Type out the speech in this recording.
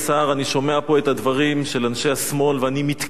אני שומע פה את הדברים של אנשי השמאל ואני מתקנא,